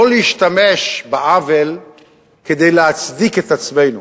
לא להשתמש בעוול כדי להצדיק את עצמנו,